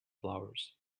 flowers